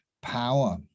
power